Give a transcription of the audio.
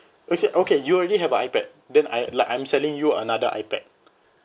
okay okay you already have a ipad then I like I'm selling you another ipad